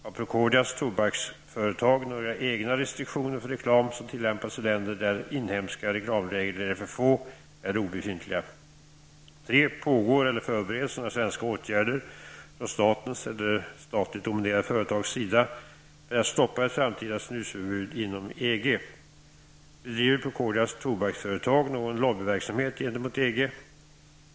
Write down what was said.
Har Procordias tobaksföretag några egna restriktioner för reklam som tillämpas i länder där inhemska reklamregler är för få eller obefintliga? 3. Pågår eller förbereds några svenska åtgärder -- från statens eller statligt dominerade företags sida -- för att stoppa ett framtida snusförbud inom EG? Bedriver Procordias tobaksföretag någon lobbyverksamhet gentemot EG?